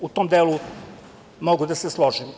U tom delu mogu da se složim.